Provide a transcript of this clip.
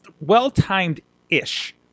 well-timed-ish